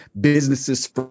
businesses